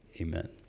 amen